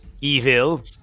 evil